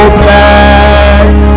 bless